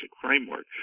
framework